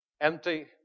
empty